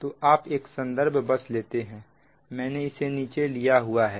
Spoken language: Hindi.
तो आप एक संदर्भ बस लेते हैं मैंने इसे नीचे लिया हुआ है